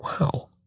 Wow